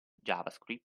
javascript